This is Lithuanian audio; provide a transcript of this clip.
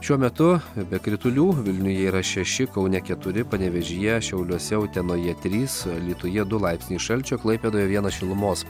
šiuo metu be kritulių vilniuje yra šeši kaune keturi panevėžyje šiauliuose utenoje trys alytuje du laipsniai šalčio klaipėdoje vienas šilumos